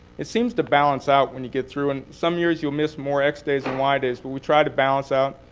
it seems to balance out when you get through. and some years, you'll miss more x days than y days. but we try to balance out,